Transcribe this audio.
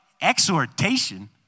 exhortation